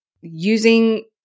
using